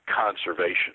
conservation